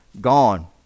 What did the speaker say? gone